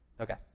Okay